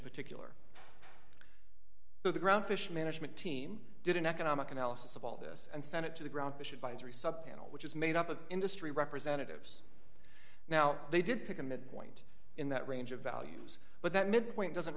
particular but the ground fish management team did an economic analysis of all this and sent it to the ground fish advisory sub panel which is made up of industry representatives now they did pick a midpoint in that range of values but that midpoint doesn't